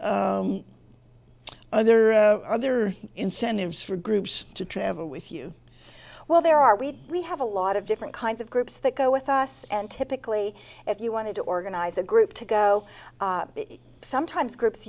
t other other incentives for groups to travel with you well there are we do we have a lot of different kinds of groups that go with us and typically if you want to organize a group to go sometimes groups